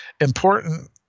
important